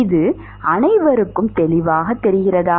இது அனைவருக்கும் தெளிவாக இருக்கிறதா